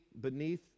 beneath